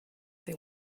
they